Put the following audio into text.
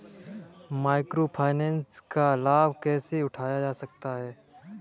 Micro finance का लाभ कैसे उठाया जा सकता है?